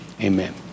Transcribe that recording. amen